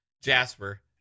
Jasper